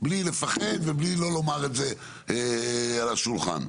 בלי לפחד ובלי לא לומר את זה על השולחן.